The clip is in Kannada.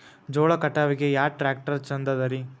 ಜೋಳ ಕಟಾವಿಗಿ ಯಾ ಟ್ಯ್ರಾಕ್ಟರ ಛಂದದರಿ?